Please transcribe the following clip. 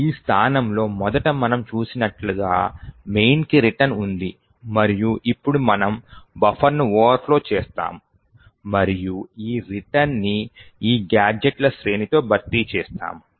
ఈ స్థానంలో మొదట మనం చూసినట్లుగా mainకి రిటర్న్ ఉంది మరియు ఇప్పుడు మనము బఫర్ను ఓవర్ ఫ్లో చేస్తాము మరియు ఈ రిటర్న్ ని ఈ గాడ్జెట్ల శ్రేణితో భర్తీ చేస్తాము